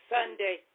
Sunday